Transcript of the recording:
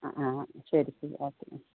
ആ ആ ശരി ശരി ഓക്കെ